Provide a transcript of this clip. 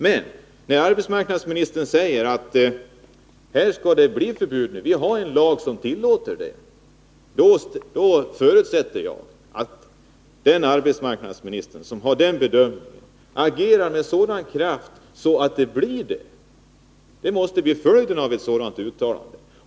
Men när arbetsmarknadsministern gör den bedömningen att arbetsmiljölagen ger tillräckliga möjligheter att genomföra ett förbud, förutsätter jag att han agerar med all den kraft han kan ha för att det blir på det sättet. Det måste bli följden av ett sådant uttalande.